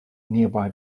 nearby